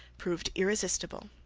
proved irresistible.